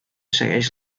segueix